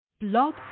Blog